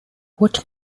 what